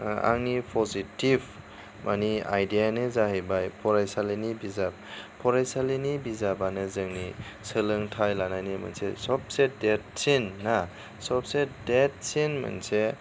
आंनि पजिटिभ माने आयदायानो जाहैबाय फरायसालिनि बिजाब फरायसालिनि बिजाबानो जोंनि सोलोंथाइ लानायनि मोनसे सबसे देरसिन ना सबसे देरसिन मोनसे